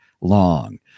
long